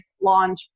launch